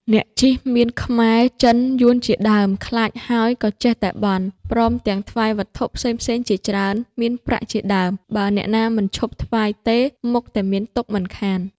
អ្នកជិះមានខ្មែរ-ចិនយួន ជាដើម ខ្លាចហើយក៏ចេះតែបន់ ព្រមទាំងថ្វាយវត្ថុផ្សេងៗជាច្រើន មានប្រាក់ជាដើម បើអ្នកណាមិនឈប់ថ្វាយទេ មុខតែមានទុក្ខមិនខាន ។